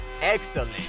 excellent